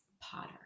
Potter